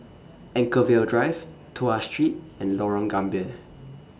Anchorvale Drive Tuas Street and Lorong Gambir